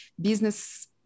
business